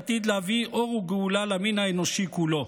עתיד להביא אור וגאולה למין האנושי כולו.